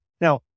Now